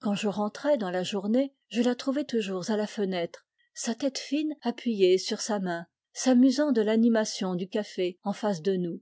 quand je rentrais dans la journée je la trouvais toujours à la fenêtre sa tête fine appuyée sur sa main s'amusant de l'animation du café en face de nous